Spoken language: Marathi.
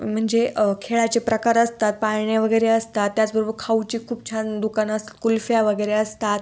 म्हणजे खेळाचे प्रकार असतात पाळणे वगैरे असतात त्याचबरोबर खाऊची खूप छान दुकानं असतात कुल्फ्या वगैरे असतात